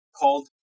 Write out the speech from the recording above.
called